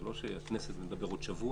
זה לא שהכנסת אומרת נדבר עוד שבוע.